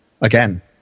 again